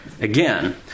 again